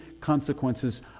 consequences